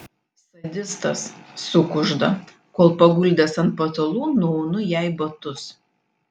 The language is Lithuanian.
sadistas sukužda kol paguldęs ant patalų nuaunu jai batus